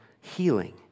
healing